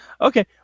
okay